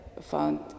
found